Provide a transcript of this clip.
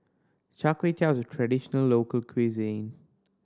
Char Kway Teow is a traditional local cuisine